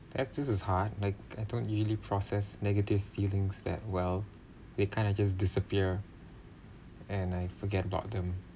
that's this is hard like I don't usually process negative feelings that well it kind of just disappear and I forget about them